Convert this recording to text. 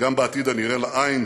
וגם בעתיד הנראה לעין